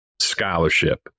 scholarship